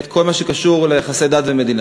את כל מה שקשור ליחסי דת ומדינה.